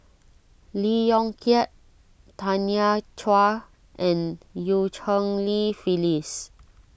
Lee Yong Kiat Tanya Chua and Eu Cheng Li Phyllis